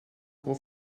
pro